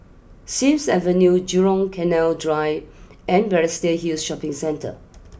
Sims Avenue Jurong Canal Drive and Balestier Hill Shopping Centre